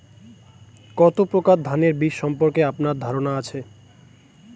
কত প্রকার ধানের বীজ সম্পর্কে আপনার ধারণা আছে?